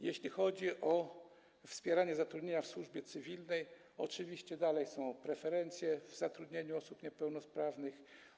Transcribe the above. Jeśli chodzi o wspieranie zatrudnienia w służbie cywilnej, oczywiście dalej są preferencje w zatrudnieniu osób niepełnosprawnych.